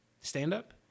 stand-up